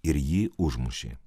ir jį užmušė